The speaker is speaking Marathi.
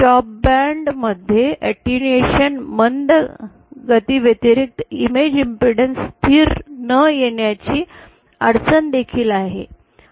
स्टॉप बँड मध्ये अटेन्यूएशन मंद गतीव्यतिरिक्त इमेज इम्पीडैन्स स्थिर न येण्याची अडचण देखील आहे